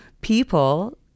people